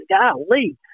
Golly